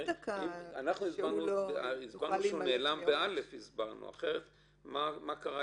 אנחנו הסברנו שהוא נעלם בסעיף (א), אחרת מה קרה?